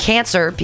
Cancer